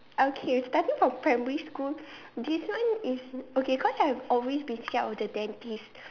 okay starting from primary school this one is okay cause I have always been scared of the dentist